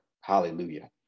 Hallelujah